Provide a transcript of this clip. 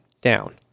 down